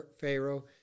Pharaoh